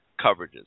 coverages